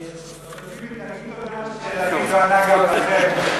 תגיד תודה שלפיד לא ענה גם לכם,